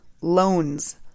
loans